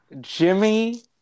Jimmy